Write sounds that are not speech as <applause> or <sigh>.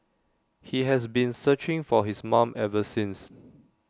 he has been searching for his mom ever since <noise>